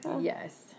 yes